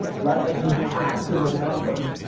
right? like you have to remember.